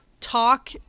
talk